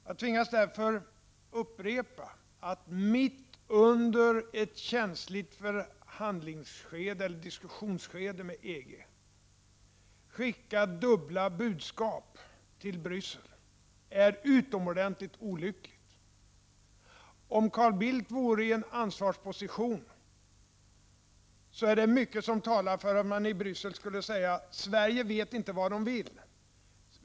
Jag tvingas därför upprepa att det är utomordentligt olyckligt att mitt i ett känsligt diskussionsskede med EG skicka dubbla budskap till Bryssel. Om Carl Bildt vore i en ansvarsposition är det mycket som talar för att man i Bryssel skulle säga att vi i Sverige inte vet vad vi vill.